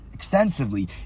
Extensively